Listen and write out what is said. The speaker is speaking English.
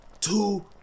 two